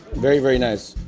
very, very nice.